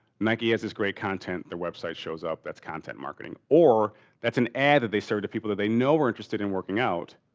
nike has this great content the website shows up that's content marketing or that's an ad that they serve to people that they know were interested in working out.